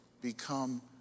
become